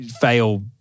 fail